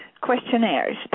questionnaires